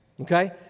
Okay